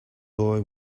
boy